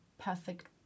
perfect